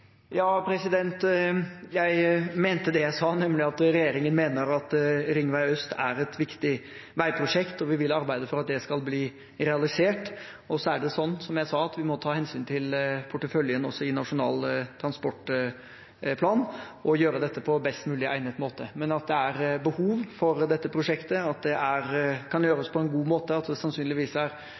Jeg mente det jeg sa, nemlig at regjeringen mener at Ringvei øst er et viktig veiprosjekt, og vi vil arbeide for at det skal bli realisert. Så er det slik, som jeg sa, at vi også må ta hensyn til porteføljen i Nasjonal transportplan og gjøre dette på best mulig egnet måte. Men at det er behov for dette prosjektet, at det kan gjøres på en god måte, og at det sannsynligvis er